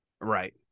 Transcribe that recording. Right